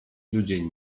ludzie